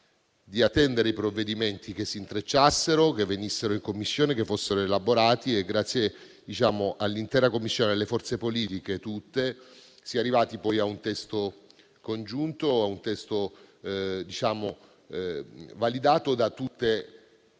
di attendere i provvedimenti, che si intrecciassero, che venissero in Commissione, che fossero elaborati e grazie all'intera Commissione e alle forze politiche tutte si è arrivati a un testo congiunto, un testo validato da tutti i